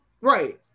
Right